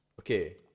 Okay